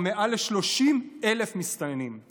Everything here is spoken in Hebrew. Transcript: מיליון שקלים בשנה.